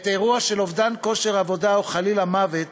בעת אירוע של אובדן כושר עבודה או חלילה מוות,